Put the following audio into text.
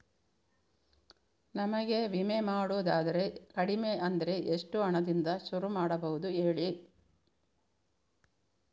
ನಮಗೆ ವಿಮೆ ಮಾಡೋದಾದ್ರೆ ಕಡಿಮೆ ಅಂದ್ರೆ ಎಷ್ಟು ಹಣದಿಂದ ಶುರು ಮಾಡಬಹುದು ಹೇಳಿ